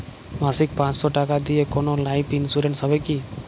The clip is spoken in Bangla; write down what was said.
মাসিক পাঁচশো টাকা দিয়ে কোনো লাইফ ইন্সুরেন্স হবে কি?